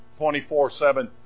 24-7